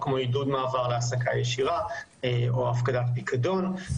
כמו עידוד מעבר להעסקה ישירה או הפקדת פיקדון.